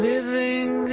Living